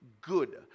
Good